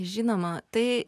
žinoma tai